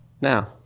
now